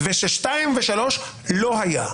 ושהרמות השנייה והשלישית לא היו,